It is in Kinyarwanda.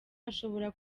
ashobora